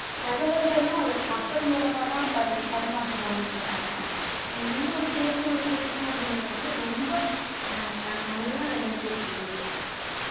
தகவல்களும் அது கப்பல் மூலமாக தான் பரி பரிமாற்றம் பண்ணிகிட்டுருந்தாங்க இன்னோன்று ஏற்றுமதி இறக்குமதியில் வந்து ரொம்ப நல் நல்லா விளங்கிட்டிருந்தது